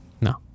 no